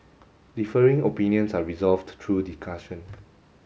differing opinions are resolved through discussion